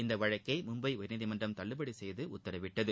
இந்த வழக்கை மும்பை உயர்நீதிமன்றம் தள்ளுபடி செய்து உத்தரவிட்டது